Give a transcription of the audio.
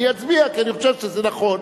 אני אצביע כי אני חושב שזה נכון.